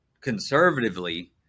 conservatively